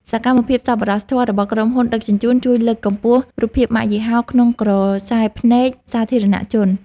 សកម្មភាពសប្បុរសធម៌របស់ក្រុមហ៊ុនដឹកជញ្ជូនជួយលើកកម្ពស់រូបភាពម៉ាកយីហោក្នុងក្រសែភ្នែកសាធារណជន។